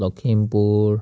Lakhimpur